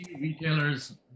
retailers